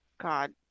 God